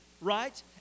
right